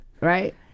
right